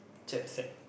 jet set